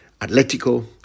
Atletico